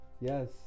yes